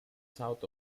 south